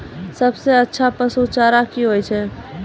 सबसे अच्छा पसु चारा की होय छै?